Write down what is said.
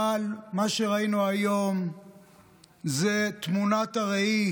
אבל מה שראינו היום זו תמונת הראי